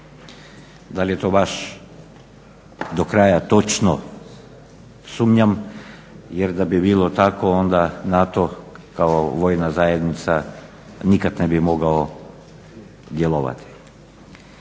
Da li je to vaš do kraja točno, sumnjam jer da bi bilo tako onda NATO kao vojna zajednica nikad ne bi mogao djelovati.